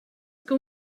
que